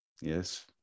Yes